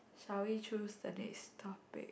shall we choose the next topic